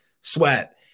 sweat